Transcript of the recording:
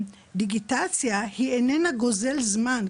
שהדיגיטציה היא איננה גוזל זמן,